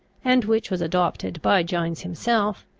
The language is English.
and which was adopted by gines himself,